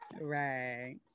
Right